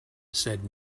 said